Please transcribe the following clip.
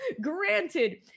Granted